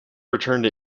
returned